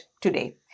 today